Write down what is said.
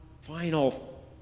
final